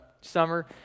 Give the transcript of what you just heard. summer